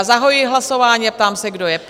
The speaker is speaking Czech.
Zahajuji hlasování a ptám se, kdo je pro?